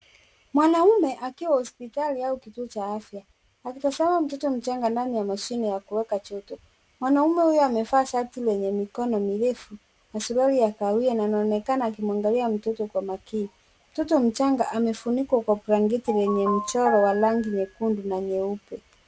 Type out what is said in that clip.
Mwanaume akiwa hospitali au kituo cha afya akitazama mtoto mchanga ndani ya mashine ya kuweka joto. Mwanaume huyo amevaa shati lenye mikono mirefu na suruali ya kahawia na anaonekana akimwangalia mtoto kwa makini. Mtoto mchanga amefunikwa kwa blanketi lenye mchoro wa rangi nyekundu na nyeupe.